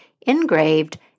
engraved